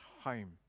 home